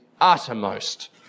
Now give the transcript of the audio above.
uttermost